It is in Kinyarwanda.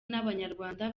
n’abanyarwanda